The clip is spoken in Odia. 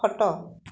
ଖଟ